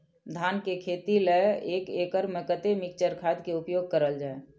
धान के खेती लय एक एकड़ में कते मिक्चर खाद के उपयोग करल जाय?